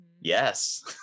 yes